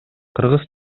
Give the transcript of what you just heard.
кыргыз